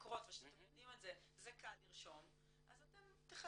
וממכרות שאתם יודעים את זה זה קל לרשום אז אתם תחלקו.